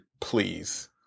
Please